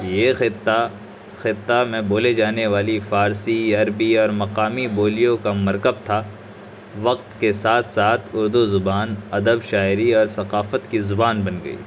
یہ خطہ خطہ میں بولے جانے والی فارسی عربی اور مقامی بولیوں کا مرکب تھا وقت کے ساتھ ساتھ اردو زبان ادب شاعری اور ثقافت کی زبان بن گئی